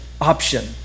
option